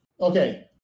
Okay